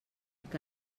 que